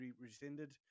rescinded